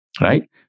Right